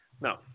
No